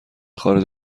خارج